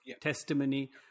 testimony